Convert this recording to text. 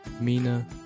Mina